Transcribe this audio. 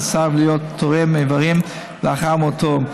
לסרב להיות תורם איברים לאחר מותו.